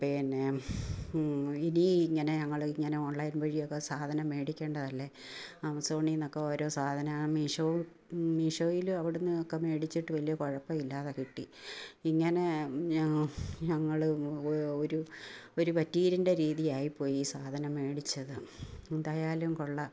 പിന്നെ ഇനി ഇങ്ങനെ ഞങ്ങളിങ്ങനെ ഓൺലൈൻ വഴിയൊക്കെ സാധനം മേടിക്കേണ്ടതല്ലേ ആമസോണീന്നൊക്കെ ഓരോ സാധനം മീശോ മീശോയിലും അവിടുന്നൊക്കെ മേടിച്ചിട്ട് വലിയ കുഴപ്പമില്ലാതെ കിട്ടി ഇങ്ങനെ ഞങ്ങൾ ഒരു ഒരു പറ്റീരിൻ്റെ രീതിയായി പോയി ഈ സാധനം മേടിച്ചത് എന്തായാലും കൊള്ളാം